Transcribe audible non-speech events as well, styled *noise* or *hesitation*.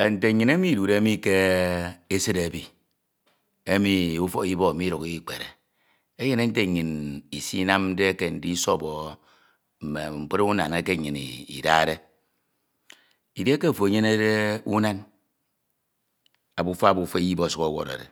Einte nyin emi idude mi ke *hesitation* eside emi ufọk ibọk midikhọ ikpere. Enyere nte nnyin isnamde iso̱bọ mme mkpo unan eke nnyin idade idieke ofo enyenede unan, abufa abufa iyip ọsuk ọwo̱rọde